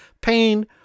pain